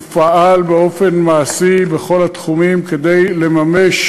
הוא פעל באופן מעשי בכל התחומים כדי לממש